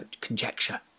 conjecture